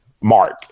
Mark